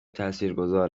تاثیرگذار